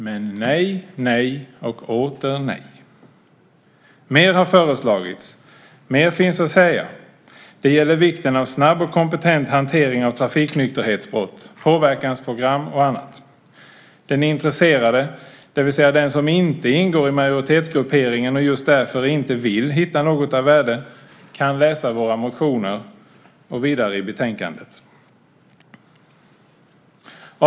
Men nej, nej och åter nej. Mer har föreslagits. Mer finns att säga. Det gäller vikten av snabb och kompetent hantering av trafiknykterhetsbrott, påverkansprogram och annat. Den intresserade, det vill säga den som inte ingår i majoritetsgrupperingen och just därför inte vill hitta något av värde, kan läsa våra motioner och vidare i betänkandet. Fru talman!